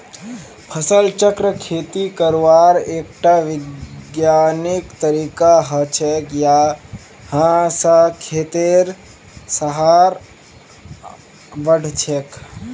फसल चक्र खेती करवार एकटा विज्ञानिक तरीका हछेक यहा स खेतेर सहार बढ़छेक